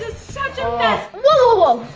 such a mess! whoa, whoa,